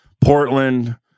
Portland